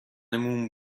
موم